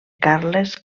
carles